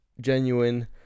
genuine